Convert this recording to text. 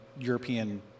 European